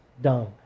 dumb